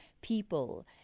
people